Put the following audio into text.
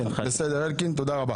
ההצעה התקבלה.